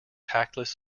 tactless